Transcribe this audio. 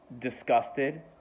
disgusted